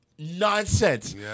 Nonsense